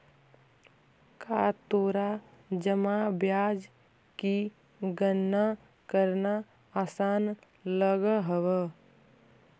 का तोरा जमा ब्याज की गणना करना आसान लगअ हवअ